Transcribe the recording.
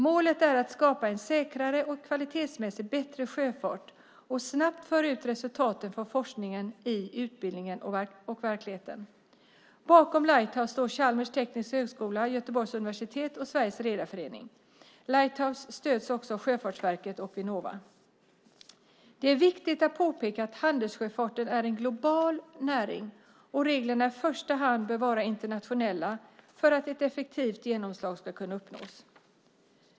Målet är att skapa en säkrare och kvalitetsmässigt bättre sjöfart och snabbt föra ut resultaten från forskningen i utbildningen och verkligheten. Bakom Lighthouse står Chalmers tekniska högskola, Göteborgs universitet och Sveriges Redarförening. Lighthouse stöds också av Sjöfartsverket och Vinnova. Det är viktigt att påpeka att handelssjöfarten är en global näring och att reglerna i första hand bör vara internationella för att ett effektivt genomslag ska kunna uppnås.